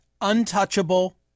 untouchable